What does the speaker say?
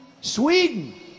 Sweden